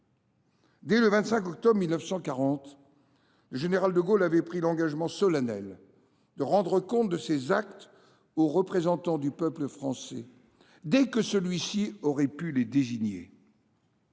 Dès le 25 octobre 1940, le général de Gaulle avait pris l’engagement solennel de rendre compte de ses actes aux représentants du peuple français, dès que celui ci aurait pu les désigner.